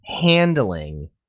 handling